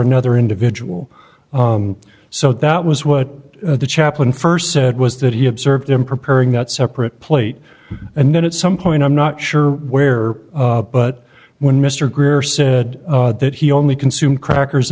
another individual so that was what the chaplain st said was that he observed him preparing that separate plate and then it some point i'm not sure where but when mr greer said that he only consumed crackers